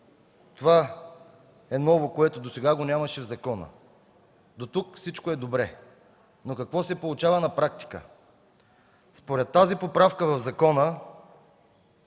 Това е ново, което досега го нямаше в закона. Дотук всичко е добре, но какво се получава на практика? Според тази поправка в закона,